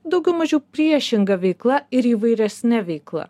daugiau mažiau priešinga veikla ir įvairesne veikla